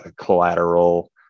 collateral